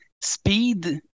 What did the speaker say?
speed